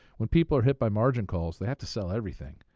when people are hit by margin calls, they have to sell everything.